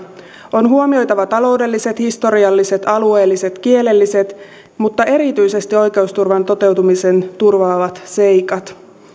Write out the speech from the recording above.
on huomioitava taloudelliset historialliset alueelliset kielelliset mutta erityisesti oikeusturvan toteutumisen turvaavat seikat